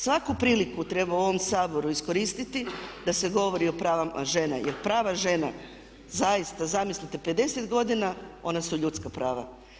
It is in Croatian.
Svaku priliku treba u ovom Saboru iskoristiti da se govori o pravima žena, jer prava žena zaista zamislite 50 godina ona su ljudska prava.